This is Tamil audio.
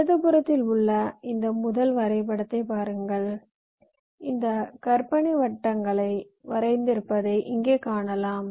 இடதுபுறத்தில் உள்ள இந்த முதல் வரைபடத்தைப் பாருங்கள் இந்த கற்பனை வட்டங்களை வரைந்திருப்பதை இங்கே காணலாம்